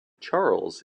charles